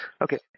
Okay